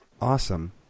awesome